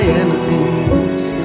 enemies